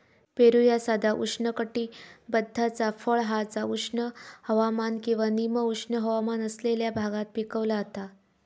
पेरू ह्या साधा उष्णकटिबद्धाचा फळ हा जा उष्ण हवामान किंवा निम उष्ण हवामान असलेल्या भागात पिकवला जाता